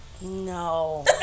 No